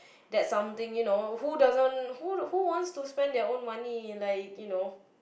that something you know who doesn't who who want to spend their own money like you know